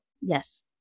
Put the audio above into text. Yes